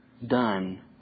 Done